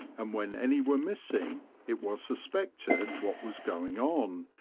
and when any were missing it was suspected what was going on,